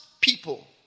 people